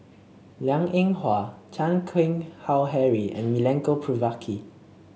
Liang Eng Hwa Chan Keng Howe Harry and Milenko Prvacki